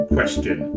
Question